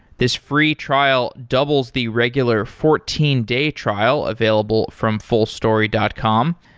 this free trial doubles the regular fourteen day trial available from fullstory dot com.